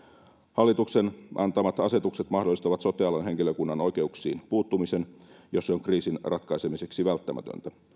hallituksen antamat asetukset mahdollistavat sote alan henkilökunnan oikeuksiin puuttumisen jos se on kriisin ratkaisemiseksi välttämätöntä